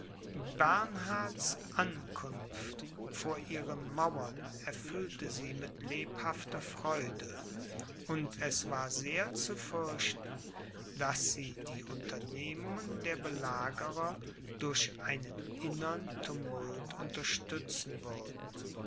bernhards ankunft vor ihren mauern erfüllte sie mit lebhafter freude und es war sehr zu fürchten daß sie die unternehmungen der belagerer durch einen innern tumult unterstützen würden